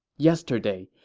yesterday,